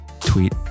tweet